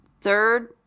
third